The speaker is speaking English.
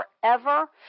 forever